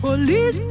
Police